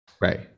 right